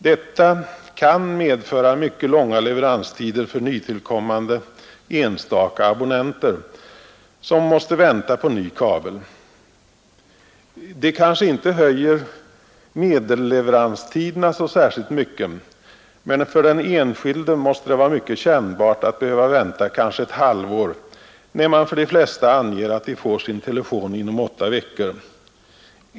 Detta kan medföra mycket långa leveranstider för nytillkommande enstaka abonnenter, som måste vänta på ny kabel. Det kanske inte ökar medelleveranstiderna så särskilt mycket, men för den enskilde måste det vara mycket kännbart att behöva vänta kanske ett halvår när man för de flesta anger att de får sin telefon inom åtta veckor.